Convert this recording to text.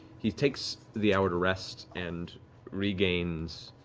he takes the hour to rest and regains,